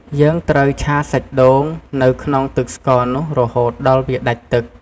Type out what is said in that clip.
យើងត្រូវឆាសាច់ដូង នៅក្នុងទឹកស្ករនោះរហូតដល់វាដាច់ទឹក។